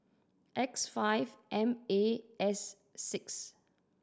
X five M A S six